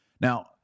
Now